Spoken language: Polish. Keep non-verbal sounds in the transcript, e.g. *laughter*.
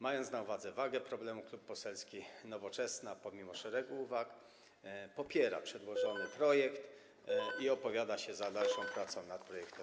Mając na uwadze wagę problemu, Klub Poselski Nowoczesna pomimo szeregu uwag popiera przedłożony *noise* projekt ustawy i opowiada się za dalszą pracą nad tym projektem.